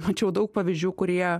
mačiau daug pavyzdžių kurie